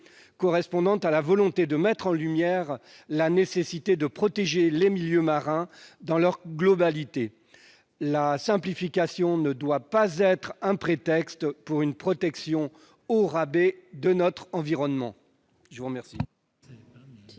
correspondant à la volonté de mettre en lumière la nécessité de protéger les milieux marins dans leur globalité. La simplification ne doit pas être un prétexte pour une protection au rabais de notre environnement.